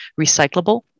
recyclable